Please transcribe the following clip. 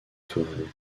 tourelle